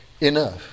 enough